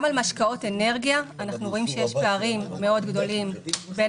גם במשקאות אנרגיה אנחנו רואים שיש פערים גדולים מאוד בין